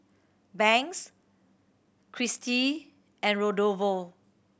Banks Christie and Rodolfo